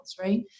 Right